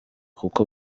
kuko